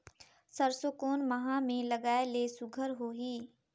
सरसो कोन माह मे लगाय ले सुघ्घर होही?